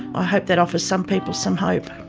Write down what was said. i hope that offers some people some hope.